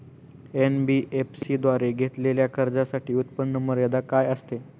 NBFC द्वारे घेतलेल्या कर्जासाठी उत्पन्न मर्यादा काय असते?